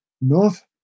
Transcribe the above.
north